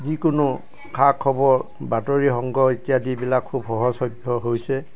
যিকোনো খা খবৰ বাতৰি সংগ্ৰহ ইত্যাদিবিলাক খুব সহজলভ্য হৈছে